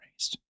raised